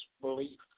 belief